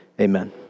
Amen